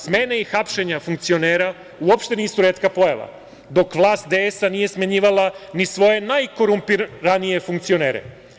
Smene i hapšenja funkcionera uopšte nisu retka pojava, dok vlast DS nije smenjivala ni svoje najkorumpiranije funkcioner.